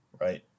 Right